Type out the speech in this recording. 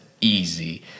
easy